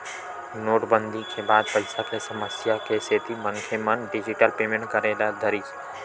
नोटबंदी के बाद पइसा के समस्या के सेती मनखे मन डिजिटल पेमेंट करे ल धरिस